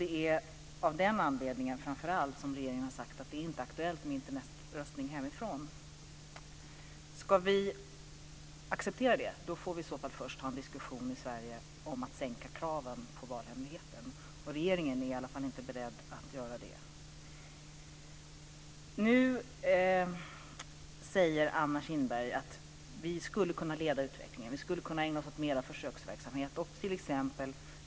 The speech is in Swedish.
Det är framför allt av den anledningen som regeringen har sagt att det inte är aktuellt med Internetröstning från hemmet. Ska vi acceptera det måste vi i så fall först ha en diskussion om att sänka kraven på valhemligheten. Regeringen är i varje fall inte beredd att göra det. Anna Kinberg säger att vi skulle kunna leda utvecklingen och att vi skulle kunna ägna oss mer åt försöksverksamhet.